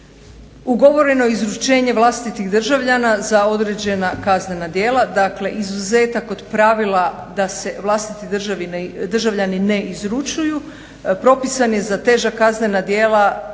Ugovoreno izručenje vlastitih državljana za određena kaznena djela. Dakle, izuzetak od pravila da se vlastiti državljani ne izručuju propisan je za teža kaznena djela čime